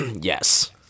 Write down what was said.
Yes